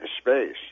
space